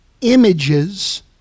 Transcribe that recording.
images